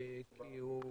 כי הוא